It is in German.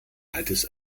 altes